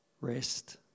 rest